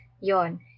Yon